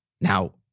now